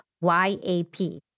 Y-A-P